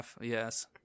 Yes